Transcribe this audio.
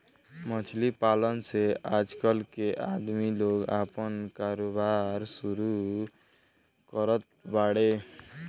मछली पालन से आजकल के आदमी लोग आपन कारोबार शुरू करत बाड़े